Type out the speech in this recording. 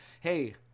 Hey